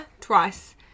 twice